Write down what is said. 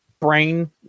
brain